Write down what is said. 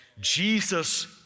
Jesus